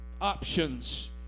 options